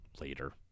later